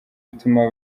ituma